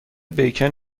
بیکن